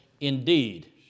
indeed